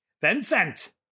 Vincent